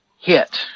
hit